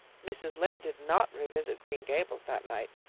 mrs. lynde did not revisit green gables that night.